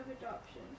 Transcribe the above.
adoption